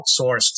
outsourced